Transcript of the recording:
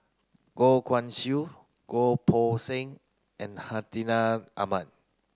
Goh Guan Siew Goh Poh Seng and Hartinah Ahmad